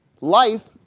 life